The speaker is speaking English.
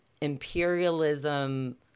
imperialism